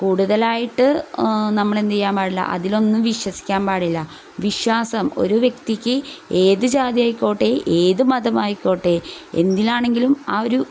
കൂടുതലായിട്ട് നമ്മളെന്തുചെയ്യാൻ പാടില്ല അതിലൊന്നും വിശ്വസിക്കാൻ പാടില്ല വിശ്വാസം ഒരു വ്യക്തിക്ക് ഏത് ജാതി ആയിക്കോട്ടെ ഏത് മതമായിക്കോട്ടെ എന്തിനാണെങ്കിലും ആ ഒരു